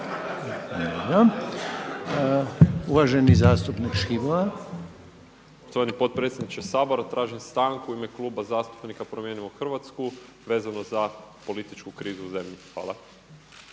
uvaženi zastupnik Ivan